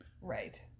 Right